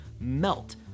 melt